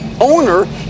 owner